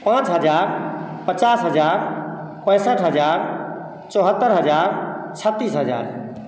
पाँच हजार पचास हजार पैंसठ हजार चौहत्तरि हजार छत्तीस हजार